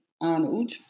Arnold